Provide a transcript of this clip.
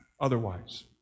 otherwise